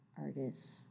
artists